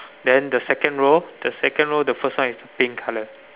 then the second row the second row the first one is pink colour